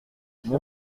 mon